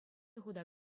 хута